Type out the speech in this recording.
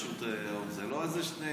זה לא איזה שני